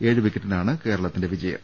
ഏഴ് വിക്കറ്റിനാണ് കേരളത്തിന്റെ വിജയം